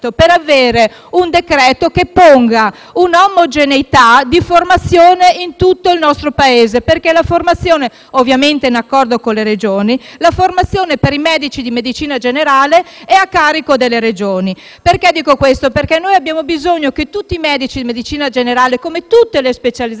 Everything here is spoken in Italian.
di avere un decreto che stabilisca un'omogeneità di formazione in tutto il Paese, ovviamente in accordo con le Regioni, perché la formazione per i medici di medicina generale è a carico delle Regioni. Dico questo perché noi abbiamo bisogno che tutti i medici di medicina generale, come in tutte le specializzazioni,